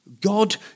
God